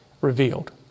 revealed